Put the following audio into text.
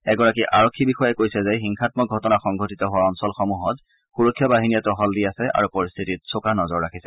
এগৰাকী আৰক্ষী বিষয়াই কৈছে যে হিংসামক ঘটনা সংঘটিত হোৱা অঞ্চলসমূহত সূৰক্ষা বাহিনীয়ে তহল দি আছে আৰু পৰিস্থিতিত চোকা নজৰ ৰাখিছে